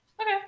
Okay